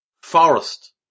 Forest